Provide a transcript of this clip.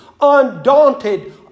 undaunted